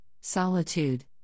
solitude